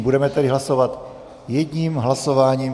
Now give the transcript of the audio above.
Budeme tedy hlasovat jedním hlasováním.